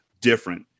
different